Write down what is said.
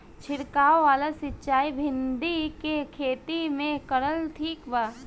छीरकाव वाला सिचाई भिंडी के खेती मे करल ठीक बा?